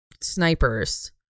snipers